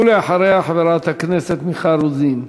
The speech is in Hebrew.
ואחריה, חברת הכנסת מיכל רוזין.